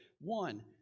One